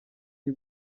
y’i